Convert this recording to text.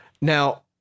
Now